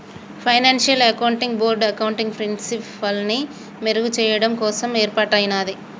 financial accounting board accounting ప్రిన్సిపల్స్ని మెరుగుచెయ్యడం కోసం యేర్పాటయ్యినాది